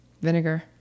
Vinegar